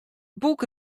boek